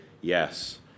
yes